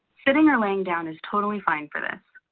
sitting or laying down is totally fine for this.